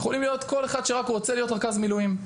יכולים להיות כל אחד שרק רוצה להיות רכז מילואים.